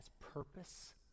purpose